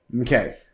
Okay